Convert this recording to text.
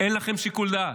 אין לכם שיקול דעת.